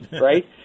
right